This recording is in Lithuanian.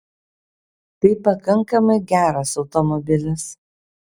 tai pakankamai geras automobilis